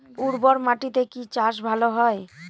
উর্বর মাটিতে কি চাষ ভালো হয়?